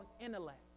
intellect